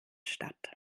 statt